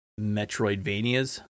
Metroidvanias